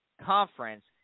conference